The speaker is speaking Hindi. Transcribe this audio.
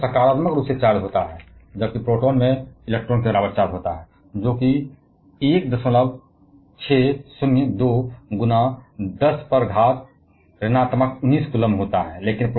न्यूट्रॉन को सकारात्मक रूप से चार्ज किया जाता है जबकि प्रोटोन में इलेक्ट्रॉन के बराबर चार्ज होता है जो कि पावर माइनस 19 coulomb में 1602 से 10 में 10 है